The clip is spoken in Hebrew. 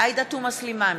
עאידה תומא סלימאן,